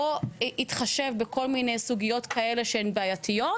לא יתחשב בכל מיני סוגיות כאלה שהן בעייתיות,